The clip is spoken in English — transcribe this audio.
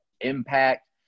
impact